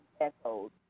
echoed